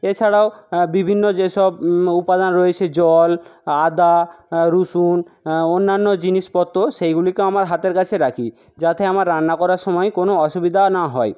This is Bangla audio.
এছাড়াও বিভিন্ন যে সব উপাদান রয়েছে জল আদা রসুন অন্যান্য জিনিসপত্র সেইগুলিকে আমার হাতের কাছে রাখি যাতে আমার রান্না করার সময় কোনো অসুবিধা না হয়